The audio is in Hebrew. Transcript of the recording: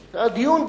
הדיון,